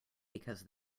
because